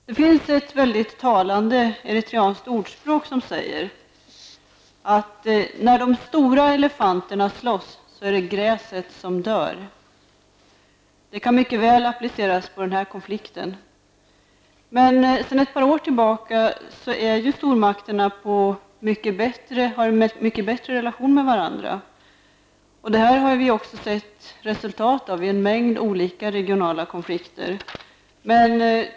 Det finns ett mycket talande eritreanskt ordspråk som säger: När de stora elefanterna slåss, är det gräset som dör. Detta ordspråk kan mycket väl appliceras på den här konflikten. Sedan ett år tillbaka har emellertid stormakterna en mycket bättre relation med varandra, och detta har också givit resultat vid en mängd olika regionala konflikter.